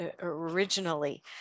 originally